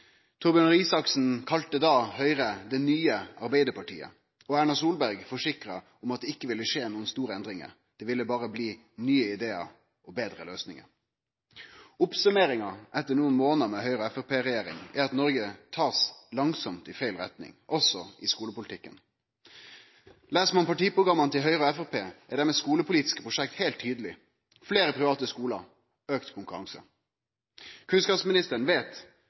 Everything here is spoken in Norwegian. Torbjørn Røe Isaksen kalla da Høgre for det nye Arbeidarpartiet, og Erna Solberg forsikra om at det ikkje ville skje nokon store endringar; det ville berre bli nye idear og betre løysingar. Oppsummeringa etter nokre månader med Høgre–Framstegsparti-regjering er at Noreg langsamt blir tatt i feil retning, også i skulepolitikken. Les ein partiprogramma til Høgre og Framstegspartiet, er deira skulepolitiske prosjekt heilt tydeleg – fleire private skular, auka konkurranse. Kunnskapsministeren veit